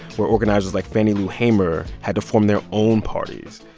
where organizers like fannie lou hamer had to form their own parties.